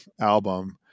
album